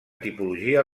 tipologia